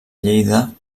lleida